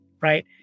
right